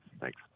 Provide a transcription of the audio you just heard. Thanks